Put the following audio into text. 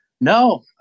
no